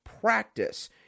practice